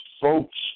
folks